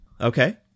Okay